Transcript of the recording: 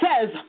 says